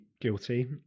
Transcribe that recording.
guilty